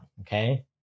okay